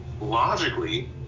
Logically